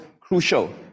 crucial